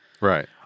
Right